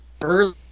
early